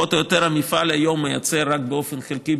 פחות או יותר המפעל מייצר היום רק באופן חלקי